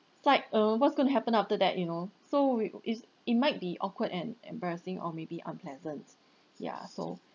it's like uh what's going to happen after that you know so we is it might be awkward and embarrassing or maybe unpleasant ya so